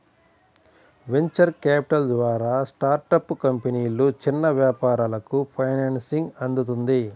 venture capital ద్వారా startup కంపెనీలు, చిన్న వ్యాపారాలకు ఫైనాన్సింగ్ అందుతుంది